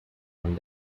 pan